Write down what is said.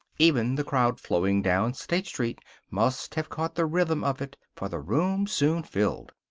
even the crowd flowing down state street must have caught the rhythm of it, for the room soon filled.